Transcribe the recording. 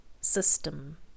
system